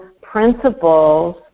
principles